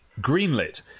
greenlit